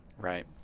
Right